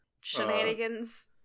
shenanigans